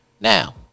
Now